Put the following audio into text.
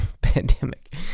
pandemic